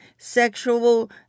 sexual